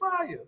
fire